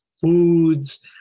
foods